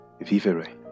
vivere